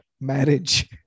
marriage